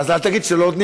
אז אל תגיד שלא נותנים לך.